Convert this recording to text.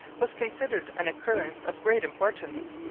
was considered an occurrence of great importance.